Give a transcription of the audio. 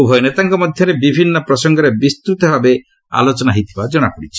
ଉଭୟ ନେତାଙ୍କ ମଧ୍ୟରେ ବିଭିନ୍ନ ପ୍ରସଙ୍ଗରେ ବିସ୍ତୃତ୍ତାବେ ଆଲୋଚନା ହୋଇଥିବା ଜଣାପଡିଛି